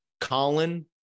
Colin